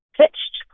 pitched